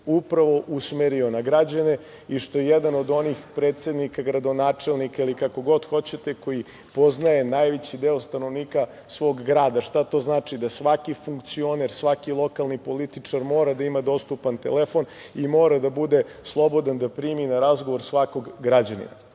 upravo usmerio na građane i što je jedan od onih predsednika, gradonačelnika ili kako god hoćete, koji poznaje najveći deo stanovnika svog grada. Šta to znači? Da svaki funkcioner, svaki lokalni političar mora da ima dostupan telefon i mora da bude slobodan da primi na razgovor svakog građanina.